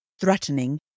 threatening